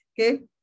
Okay